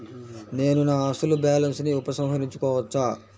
నేను నా అసలు బాలన్స్ ని ఉపసంహరించుకోవచ్చా?